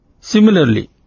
Similarly